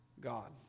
God